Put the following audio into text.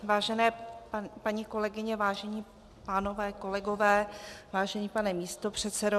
Vážené paní kolegyně, vážení páni kolegové, vážený pane místopředsedo.